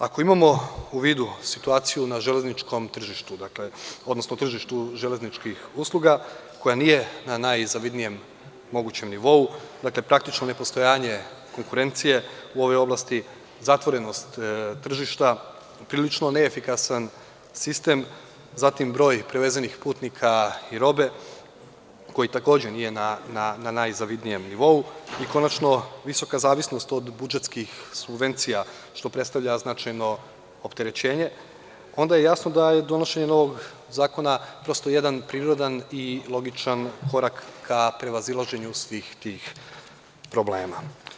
Ako imamo u vidu situaciju na železničkom tržištu odnosno tržištu železničkih usluga, koja nije na najzavidnijem mogućem nivou, dakle, praktično nepostojanje konkurencije u ovoj oblasti, zatvorenost tržišta, prilično neefikasan sistem, zatim broj prevezenih putnika i robe koji takođe nije na najzavidnijem nivou, i konačno, visoka zavisnost od budžetskih subvencija, što predstavlja značajno opterećenje, onda je jasno da je donošenje novog zakona prosto jedan prirodan i logičan korak ka prevazilaženju svih tih problema.